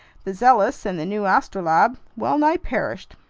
the zealous and the new astrolabe wellnigh perished,